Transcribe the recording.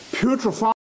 putrefying